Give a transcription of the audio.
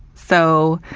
so,